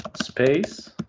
space